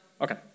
Okay